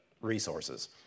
resources